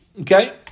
Okay